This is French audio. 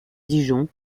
dijon